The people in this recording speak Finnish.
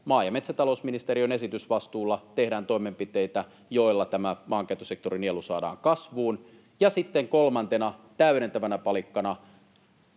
maa‑ ja metsätalousministeriön esitysvastuulla tehdään toimenpiteitä, joilla tämä maankäyttösektorin nielu saadaan kasvuun. Ja sitten kolmantena täydentävänä palikkana